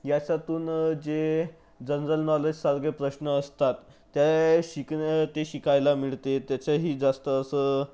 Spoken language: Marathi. याच्यातून जे जनरल नॉलेजसारखे प्रश्न असतात त्या शिकण्या ते शिकायला मिळते त्याचंही जास्त असं